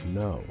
no